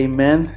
Amen